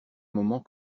moment